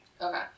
Okay